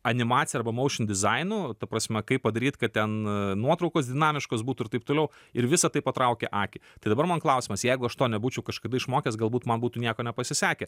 animacija arba maušin dizainu ta prasme kaip padaryt kad ten nuotraukos dinamiškos būtų ir taip toliau ir visa tai patraukia akį tai dabar man klausimas jeigu aš to nebūčiau kažkada išmokęs galbūt man būtų nieko nepasisekę